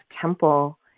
temple